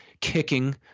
kicking